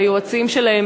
והיועצים שלהם,